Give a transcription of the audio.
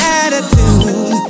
attitude